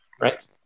right